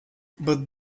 but